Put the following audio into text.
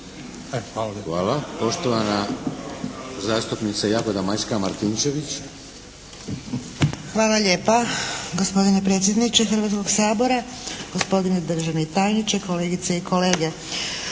**Martinčević, Jagoda Majska (HDZ)** Hvala lijepa gospodine predsjedniče Hrvatskog sabora, gospodine državni tajniče, kolegice i kolege.